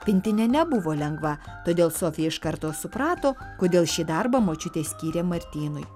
pintinė nebuvo lengva todėl sofi iš karto suprato kodėl šį darbą močiutė skyrė martynui